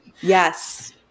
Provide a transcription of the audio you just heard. Yes